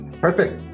Perfect